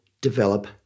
develop